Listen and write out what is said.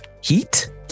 heat